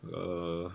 err